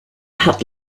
had